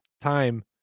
time